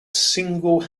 single